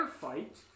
fight